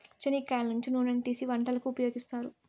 చెనిక్కాయల నుంచి నూనెను తీసీ వంటలకు ఉపయోగిత్తారు